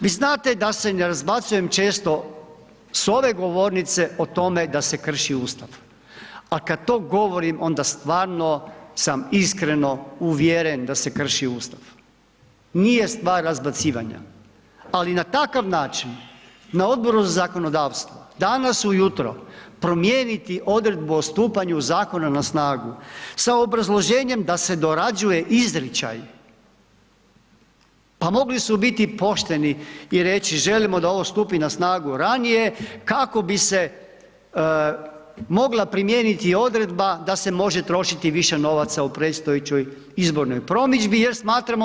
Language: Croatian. Vi znate da se ne razbacujem često s ove govornice, o tome, d se krši Ustav, ali kada to govorim, onda stvarno sam iskreno uvjeren da se krši Ustav, nije stvar razbacivanja, ali na takav način, na Odboru za zakonodavstvo, danas ujutro, promijeniti odredbu o stupanju zakona na snagu, sa obrazloženjem da se dorađuje izričaj, pa mogli su biti pošteni i reći, želimo da ovo stupi na snagu ranije, kako bi se mogla primijeniti odredba, da se može trošiti više novaca u predstojećoj izbornoj promidžbi, jer smatramo.